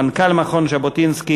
מנכ"ל מכון ז'בוטינסקי,